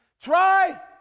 Try